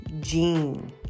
gene